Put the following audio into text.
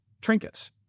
trinkets